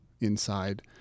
inside